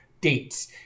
dates